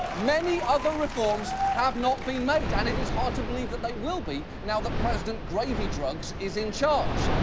many other reforms have not been made, and it is hard to believe that they will be now that president gravy drugs is in charge.